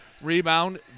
Rebound